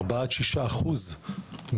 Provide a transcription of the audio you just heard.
ארבעה עד שישה אחוז מהתוצר,